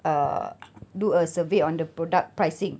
err do a survey on the product pricing